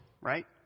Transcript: Right